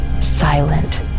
silent